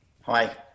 Hi